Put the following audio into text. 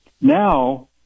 now